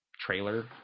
trailer